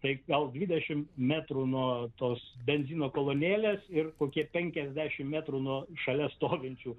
tai gal dvidešim metrų nuo tos benzino kolonėlės ir kokie penkiasdešim metrų nuo šalia stovinčių